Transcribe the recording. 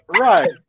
Right